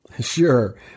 Sure